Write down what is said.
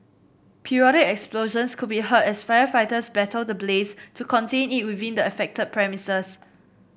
periodic explosions could be heard as firefighters battle the blaze to contain it within the affected premises